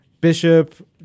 Bishop